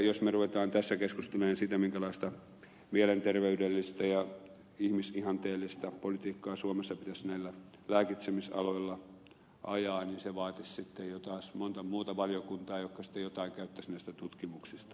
jos me rupeamme tässä keskustelemaan siitä minkälaista mielenterveydellistä ja ihmisihanteellista politiikkaa suomessa pitäisi näillä lääkitsemisaloilla ajaa niin se vaatisi sitten jo taas monta muuta valiokuntaa jotka sitten jotain käyttäisivät näistä tutkimuksista